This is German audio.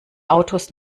autos